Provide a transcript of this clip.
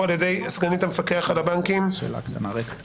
על ידי סגנית המפקח על הבנקים רלוונטי.